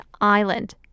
island